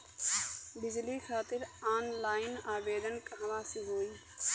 बिजली खातिर ऑनलाइन आवेदन कहवा से होयी?